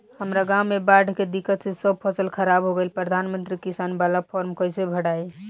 हमरा गांव मे बॉढ़ के दिक्कत से सब फसल खराब हो गईल प्रधानमंत्री किसान बाला फर्म कैसे भड़ाई?